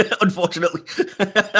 unfortunately